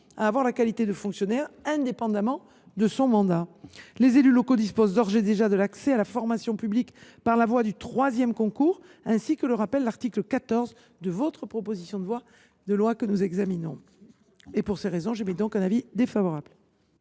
à avoir la qualité de fonctionnaire indépendamment de son mandat. Les élus locaux disposent d’ores et déjà d’un accès à la formation publique par la voie du troisième concours, ainsi que le rappelle l’article 14 de la proposition de loi. Pour ces raisons, j’émets donc un avis défavorable